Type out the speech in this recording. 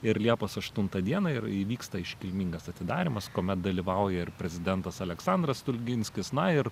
ir liepos aštuntą dieną ir įvyksta iškilmingas atidarymas kuomet dalyvauja ir prezidentas aleksandras stulginskis na ir